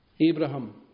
Abraham